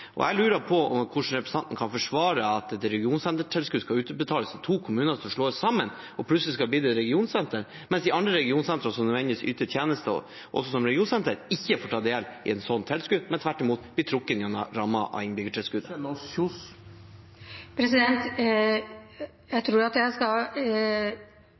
et regionsentertilskudd skal utbetales til to kommuner som slås sammen og plutselig skal bli et regionsenter, mens de andre regionsentrene, som nødvendigvis yter tjenester som et regionsenter, ikke får ta del i et sånt tilskudd, men tvert imot blir trukket i rammen for innbyggertilskudd? Jeg tror at jeg skal